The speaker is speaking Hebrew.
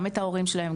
גם את ההורים שלהם,